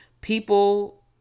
people